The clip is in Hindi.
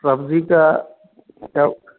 सब्जी का सब